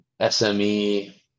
sme